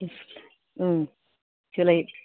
इस जोलै